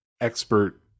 expert